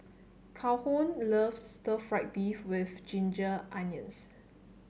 Calhoun loves Stir Fried Beef with Ginger Onions